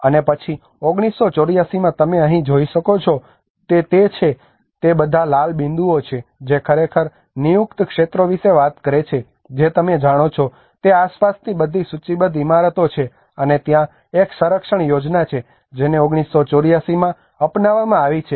અને પછી 1984 માં તમે અહીં જે જોઈ શકો છો તે તે છે તે બધા લાલ બિંદુઓ છે જે ખરેખર તે નિયુક્ત ક્ષેત્રો વિશે વાત કરે છે જે તમે જાણો છો તે આસપાસની બધી સૂચિબદ્ધ ઇમારતો છે અને ત્યાં એક સંરક્ષણ યોજના છે જેને 1984 માં અપનાવવામાં આવી છે